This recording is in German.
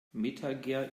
metager